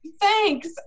thanks